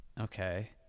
Okay